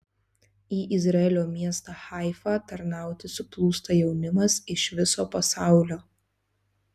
į izraelio miestą haifą tarnauti suplūsta jaunimas iš viso pasaulio